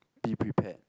be prepared